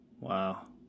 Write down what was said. Wow